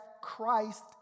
Christ